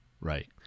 right